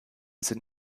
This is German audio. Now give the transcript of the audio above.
sind